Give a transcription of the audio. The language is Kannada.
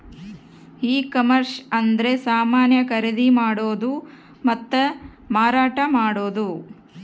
ಈ ಕಾಮರ್ಸ ಅಂದ್ರೆ ಸಮಾನ ಖರೀದಿ ಮಾಡೋದು ಮತ್ತ ಮಾರಾಟ ಮಾಡೋದು